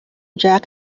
jack